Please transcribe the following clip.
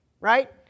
Right